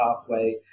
pathway